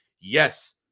Yes